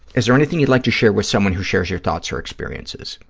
is there anything you'd like to share with someone who shares your thoughts or experiences?